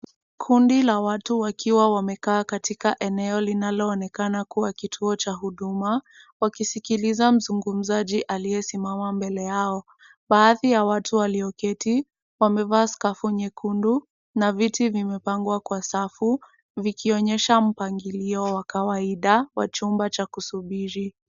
Kundi la watu wakiwa wamekaa katika eneo linaloonekana kuwa kituo cha Huduma, wakisikiliza mzungumzaji aliyesimama mbele yao. Baadhi ya watu walioketi, wamevaa skafu nyekundu na viti vimepangwa kwa safu, vikionyesha mpangilio wa kawaida wa chumba cha kusubiri.